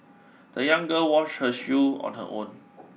the young girl washed her shoes on her own